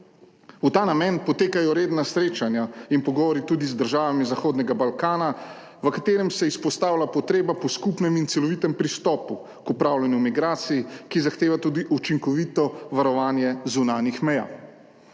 V ta namen potekajo redna srečanja in pogovori tudi z državami zahodnega Balkana, v katerem se izpostavlja potreba po skupnem in celovitem pristopu k upravljanju migracij, ki zahteva tudi učinkovito varovanje zunanjih meja.